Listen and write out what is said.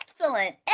Excellent